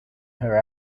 her